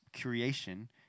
creation